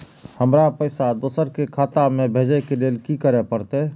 हमरा पैसा दोसर के खाता में भेजे के लेल की करे परते?